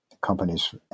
companies